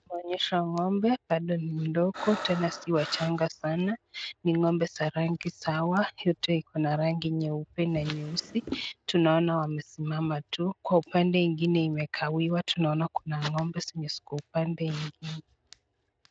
Tunaonyeshwa ng'ombe wadogo bado sio wachanga sana, ni ngombe za rangi sawa, yote ina rangi nyeupe ja nyeusi, tunaona wamesimama watu kwa upande mwengine imekawiwa tunaona kuna ngombe zenye ziko upande ingine.